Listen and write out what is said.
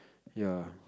ya